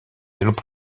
lub